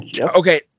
Okay